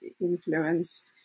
influence